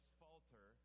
falter